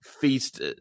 feast